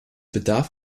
bedarf